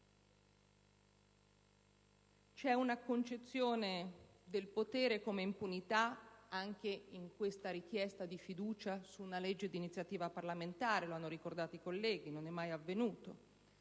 C'è una concezione del potere come impunità anche in questa richiesta di fiducia su una legge di iniziativa parlamentare (lo hanno ricordato i colleghi: non è mai avvenuto